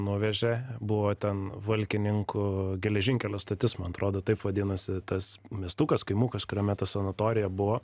nuvežė buvo ten valkininkų geležinkelio stotis man atrodo taip vadinasi tas miestukas kaimukas kuriame ta sanatorija buvo